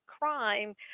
crime